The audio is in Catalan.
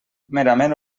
merament